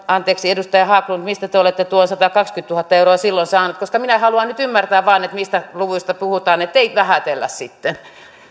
edustaja haglundilta mistä te olette tuon satakaksikymmentätuhatta euroa silloin saanut koska minä haluan nyt ymmärtää vain mistä luvuista puhutaan että ei vähätellä sitten